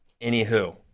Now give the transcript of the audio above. Anywho